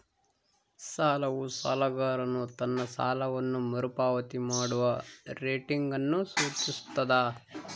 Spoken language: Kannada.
ಸಾಲವು ಸಾಲಗಾರನು ತನ್ನ ಸಾಲವನ್ನು ಮರುಪಾವತಿ ಮಾಡುವ ರೇಟಿಂಗ್ ಅನ್ನು ಸೂಚಿಸ್ತದ